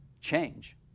change